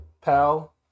pal